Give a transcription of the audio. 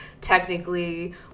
technically